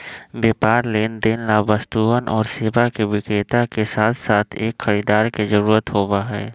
व्यापार लेनदेन ला वस्तुअन और सेवा के विक्रेता के साथसाथ एक खरीदार के जरूरत होबा हई